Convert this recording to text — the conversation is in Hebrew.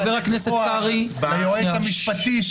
חבר הכנסת קרעי, שנייה.